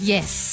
Yes